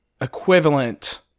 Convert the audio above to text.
equivalent